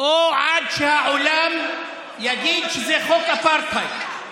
או עד שהעולם יגיד שזה חוק אפרטהייד.